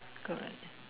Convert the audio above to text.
God